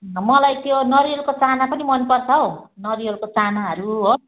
मलाई त्यो नरिवलको चाना पनि मनपर्छ हौ नरिवलको चानाहरू हो